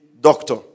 Doctor